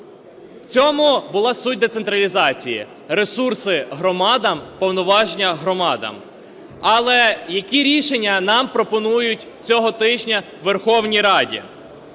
В цьому була суть децентралізації: ресурси громадам, повноваження громадам. Але, які рішення нам пропонують цього тижня у Верховній Раді?